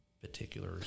particular